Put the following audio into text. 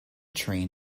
train